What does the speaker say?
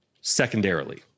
secondarily